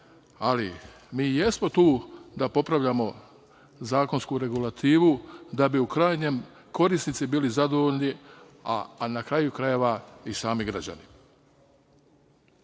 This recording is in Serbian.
ali mi i jesmo tu da popravljamo zakonsku regulativu, da bi u krajnjem korisnici bili zadovoljni, a na kraju krajeva i sami građani.